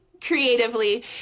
creatively